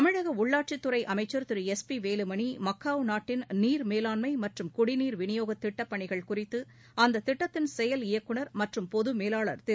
தமிழகஉள்ளாட்சித்துறைஅமைச்சர் Thiru S பிவேலுமணிமக்காவு நாட்டின் நீர் மேலாண்மைமற்றும் குடிநீர் விநியோகத் திட்டப் பணிகள் குறித்துஅத்திட்டத்தின் செயல் இயக்குநர் மற்றும் பொதுமேலாளர் திரு